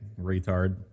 retard